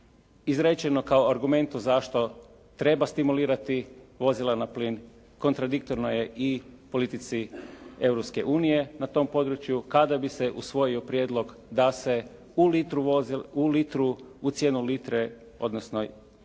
izrečeno kao argumentu zašto treba stimulirati vozila na plin. Kontradiktorno je i politici Europske unije na tom području kada bi se usvojio prijedlog da se u litru, u cijenu litre odnosno da,